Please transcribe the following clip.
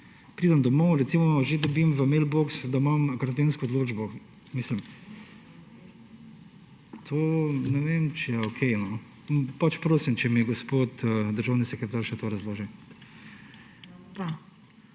Pridem domov, recimo že dobim v mail box, da imam karantensko odločbo. To ne vem, če je okej. Prosim, če mi gospod državni sekretar še to razloži.